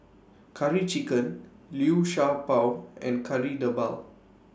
Curry Chicken Liu Sha Bao and Kari Debal